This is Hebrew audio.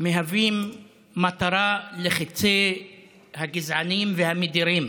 מהווים מטרה לחיצי הגזענים והמדירים,